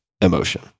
emotion